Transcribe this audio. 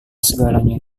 segalanya